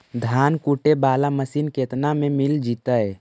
धान कुटे बाला मशीन केतना में मिल जइतै?